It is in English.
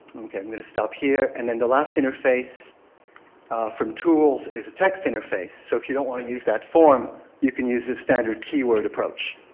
ok i am going to stop here and then the last interface from tools is a text interface so if you don't want to use that form you can use the standard key word approach.